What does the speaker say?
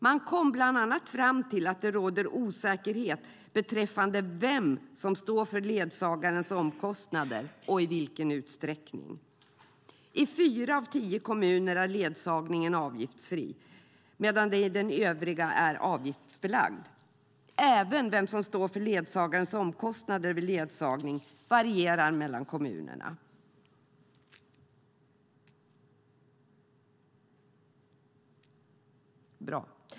Man kom bland annat fram till att det råder osäkerhet beträffande vem som står för ledsagarens omkostnader och i vilken utsträckning. I fyra av tio kommuner är ledsagningen avgiftsfri, medan den i de övriga är avgiftsbelagd. Även vem som står för ledsagarens omkostnader vid ledsagning varierar mellan kommunerna.